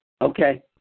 Okay